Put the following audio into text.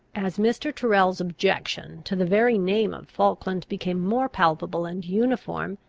as mr. tyrrel's objection to the very name of falkland became more palpable and uniform,